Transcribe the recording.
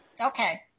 Okay